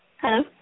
Hello